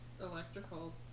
electrical